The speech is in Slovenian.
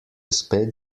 spet